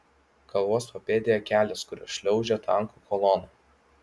kalvos papėdėje kelias kuriuo šliaužia tankų kolona